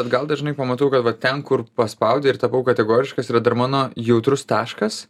atgal dažnai pamatau kad va ten kur paspaudė ir tapau kategoriškas yra dar mano jautrus taškas